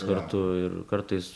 kartu ir kartais